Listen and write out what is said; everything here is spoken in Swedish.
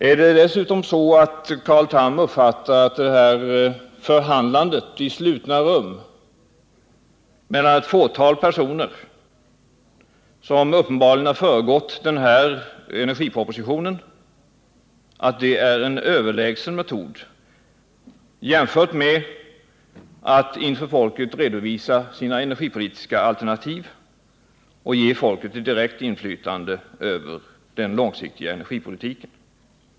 Är det dessutom så att Carl Tham uppfattar att det här förhandlandet i slutna rum mellan ett fåtal personer som uppenbarligen har föregått energipropositionen är en överlägsen metod jämfört med att inför folket redovisa sina energipolitiska alternativ och ge folket ett direkt inflytande över den långsiktiga energipolitiken?